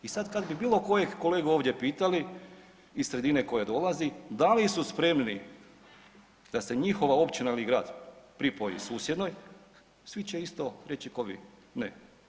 I sad kada bi bilo kojeg kolegu ovdje pitali iz sredine koja dolazi, da li su spremni da se njihova općina ili grad pripoji susjednoj, svi će isto reći ko vi, ne.